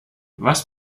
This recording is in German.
was